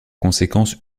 conséquence